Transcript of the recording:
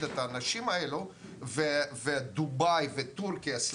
את האנשים האלו דובאי וטורקיה ייקחו אותם,